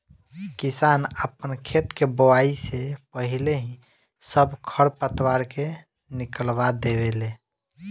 किसान आपन खेत के बोआइ से पाहिले ही सब खर पतवार के निकलवा देवे ले